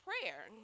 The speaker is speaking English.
prayer